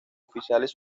oficiales